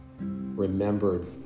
remembered